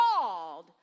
called